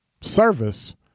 service